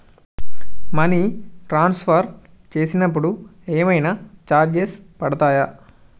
Money transfer చేసినప్పుడు ఏమైనా charges పడతయా?